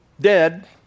dead